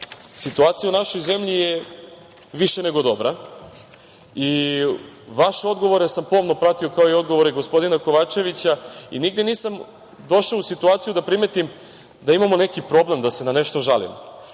situacija u našoj zemlji je više nego dobra. Vaše odgovore sam pomno pratio, kao i odgovore gospodina Kovačevića. Nigde nisam došao u situaciju da primetim da imamo neki problem, da se na nešto žalimo,